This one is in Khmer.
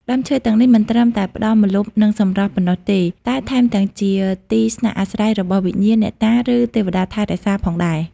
ដើមឈើទាំងនេះមិនត្រឹមតែផ្តល់ម្លប់ និងសម្រស់ប៉ុណ្ណោះទេ តែថែមទាំងជាទីស្នាក់អាស្រ័យរបស់វិញ្ញាណ អ្នកតា ឬទេវតាថែរក្សាផងដែរ។